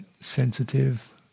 sensitive